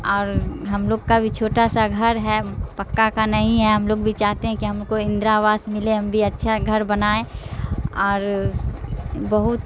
اور ہم لوگ کا بھی چھوٹا سا گھر ہے پکا کا نہیں ہے ہم لوگ بھی چاہتے ہیں کہ ہم کو اندرا آواس ملے ہم بھی اچھا گھر بنائیں اور بہت